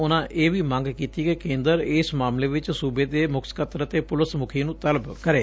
ਉਨਾਂ ਇਹ ਵੀ ਮੰਗ ਕੀਤੀ ਕਿ ਕੇਂਦਰ ਇਸ ਮਾਮਲੇ ਚ ਸੁਬੇ ਦੇ ਮੁੱਖ ਸਕੱਤਰ ਅਤੇ ਪੁਲਿਸ ਮੁਖੀ ਨੂੰ ਤਲਬ ਕਰੇ